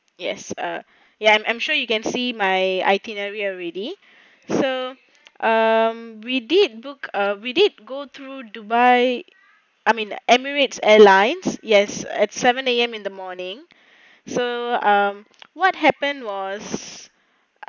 yes ah ya I'm sure you can see my itinerary already so um we did book uh we did go through dubai I mean Emirates airlines yes at seven A_M in the morning so what happened was